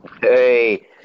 Hey